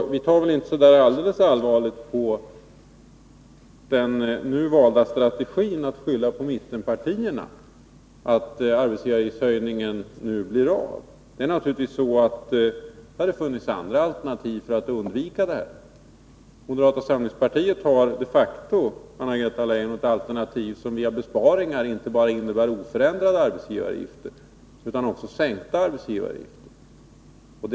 Vi tar väl inte så alldeles allvarligt på den nu valda strategin att ge mittenpartierna skulden för att arbetsgivaravgiftshöjningen nu blir av. Det hade naturligtvis funnits andra alternativ för att undvika detta. Moderata samlingspartiet har de facto, Anna-Greta Leijon, ett alternativ som via besparingar innebär inte bara oförändrade arbetsgivaravgifter utan också sänkta arbetsgivaravgifter.